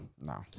No